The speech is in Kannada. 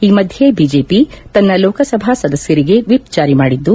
ಈ ಮಧ್ದೆ ಬಿಜೆಪಿ ತನ್ನ ಲೋಕಸಭಾ ಸದಸ್ಯರಿಗೆ ವಿಪ್ ಜಾರಿ ಮಾಡಿದ್ದು